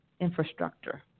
infrastructure